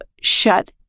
shut